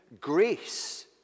grace